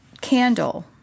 candle